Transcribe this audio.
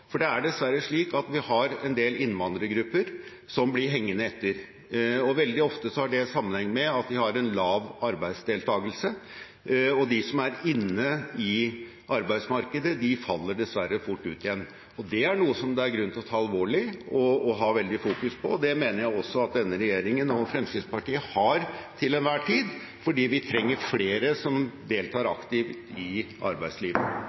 For det er dessverre slik at vi har en del innvandrergrupper som blir hengende etter. Veldig ofte har det sammenheng med at de har en lav arbeidsdeltakelse, og de som er inne i arbeidsmarkedet, faller dessverre fort ut igjen. Det er noe som det er grunn til å ta alvorlig og fokusere på, og det mener jeg også at denne regjeringen og Fremskrittspartiet til enhver tid gjør, fordi vi trenger flere som deltar aktivt i arbeidslivet.